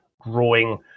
growing